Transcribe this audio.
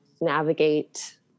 navigate